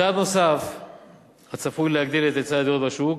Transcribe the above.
צעד נוסף צפוי להגדיל את היצע הדירות בשוק